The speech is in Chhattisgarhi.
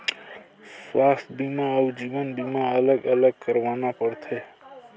स्वास्थ बीमा अउ जीवन बीमा अलग अलग करवाना पड़थे?